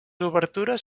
obertures